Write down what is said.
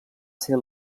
ser